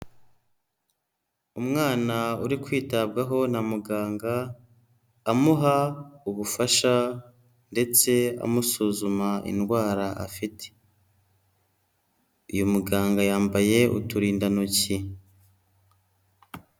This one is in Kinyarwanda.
Umwana uri kwitabwaho na muganga amuha ubufasha ndetse amusuzuma indwara afite. Uyu muganga yambaye uturindantoki.